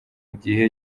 gihe